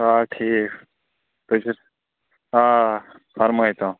آ ٹھیٖک تُہۍ چھِ آ فرمٲوتَو